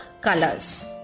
colors